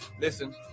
listen